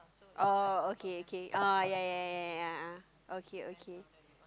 oh okay okay ah yea yea yea yea yea ah okay okay